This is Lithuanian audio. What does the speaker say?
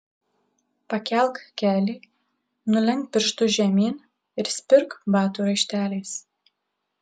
pakelk kelį nulenk pirštus žemyn ir spirk batų raišteliais